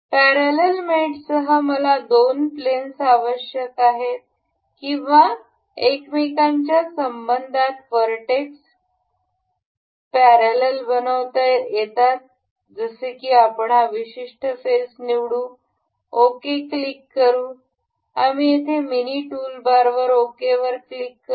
parallel मेटसह मला दोन प्लेन्स आवश्यक आहेत किंवा एकमेकांच्या संबंधात व्हरटेक्स पॅरलल बनवता येतात जसे की आपण हा विशिष्ट फेस निवडू ओके क्लिक करू आम्ही येथे मिनी टूलबारमध्ये ओके वर क्लिक करू